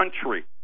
country